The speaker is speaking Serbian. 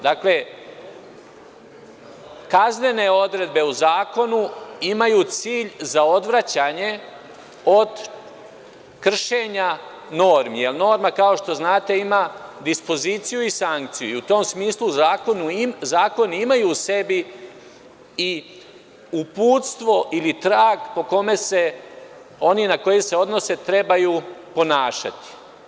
Dakle, kaznene odredbe u zakonu imaju cilj za odvraćanje od kršenja normi, jer norma, kao što znate, ima dispoziciju i sankciju i u tom smislu zakoni imaju u sebi i uputstvo ili trag po kome se oni na koje se odnose trebaju ponašati.